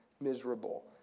miserable